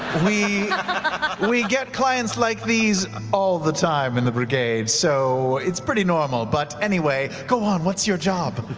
we we get clients like these all the time in the brigade so it's pretty normal, but anyway. go on, what's your job?